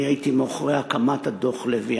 אני הייתי מאחורי הקמת דוח לוי,